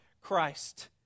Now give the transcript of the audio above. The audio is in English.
Christ